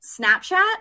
Snapchat